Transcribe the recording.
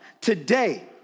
today